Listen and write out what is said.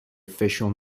official